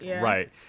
Right